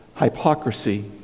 hypocrisy